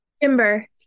Timber